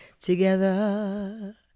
together